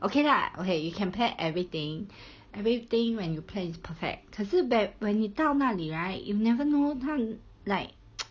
okay lah okay you can plan everything everything when you plan is perfect 可是 whe~ when 你到那里 right you've never know 他们 like